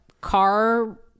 car